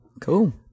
Cool